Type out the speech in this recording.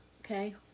Okay